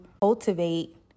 cultivate